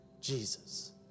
Jesus